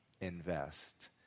invest